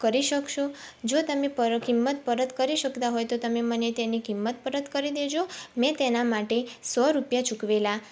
કરી શકશો જો તમે પર કિંમત પરત કરી શકતા હોય તો તમે મને તેની કિંમત પરત કરી દેજો મેં તેના માટે સો રૂપિયા ચૂકવેલા